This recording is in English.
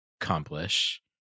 accomplish